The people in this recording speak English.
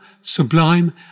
sublime